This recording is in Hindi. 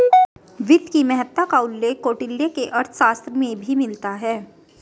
वित्त की महत्ता का उल्लेख कौटिल्य के अर्थशास्त्र में भी मिलता है